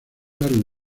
largo